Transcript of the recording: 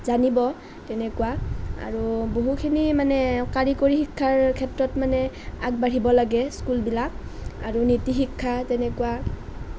জানিব তেনেকুৱা আৰু বহুখিনি মানে কাৰিকৰী শিক্ষাৰ ক্ষেত্ৰত মানে আগবাঢ়িব লাগে স্কুলবিলাক আৰু নীতি শিক্ষা তেনেকুৱা